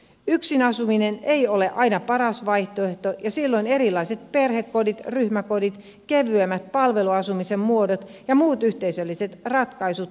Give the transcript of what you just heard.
yksin asuminen ei ole aina paras vaihtoehto ja silloin erilaiset perhekodit ryhmäkodit kevyemmät palveluasumisen muodot ja muut yhteisölliset ratkaisut ovat hyviä